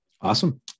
awesome